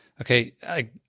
okay